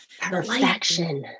perfection